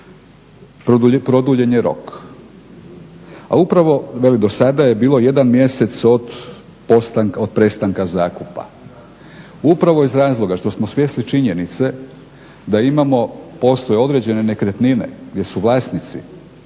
produljeni rok. A upravo, velim do sada je bilo jedan mjesec od prestanka zakupa. Upravo iz razloga što smo svjesni činjenice da imamo, postoje određene nekretnine gdje su vlasnici